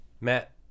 Matt